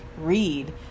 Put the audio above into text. read